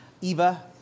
Eva